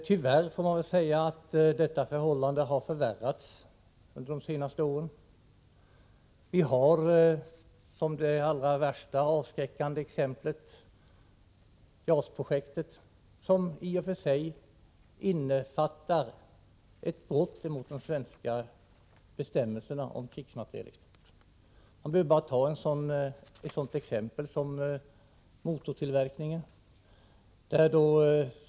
Tyvärr får man väl säga att förhållandet har förvärrats under de senaste åren. Vi har — vilket är det allra värsta och mest avskräckande exemplet — JAS-projektet, som sig innebär ett brott mot de svenska bestämmelserna om krigsmaterielexport. Man kan ta motortillverkningen i det fallet som ett belysande exempel.